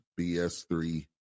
BS3